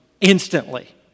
instantly